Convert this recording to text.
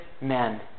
men